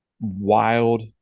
wild